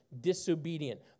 disobedient